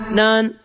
none